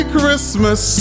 Christmas